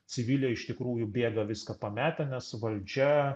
civiliai iš tikrųjų bėga viską pametę nes valdžia